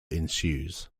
ensues